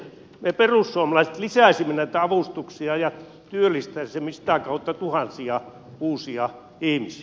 me perussuomalaiset lisäisimme näitä avustuksia ja työllistäisimme sitä kautta tuhansia uusia ihmisiä